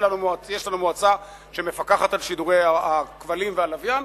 יש לנו מועצה שמפקחת על שידורי הכבלים והלוויין,